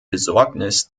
besorgnis